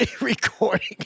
recording